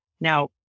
Now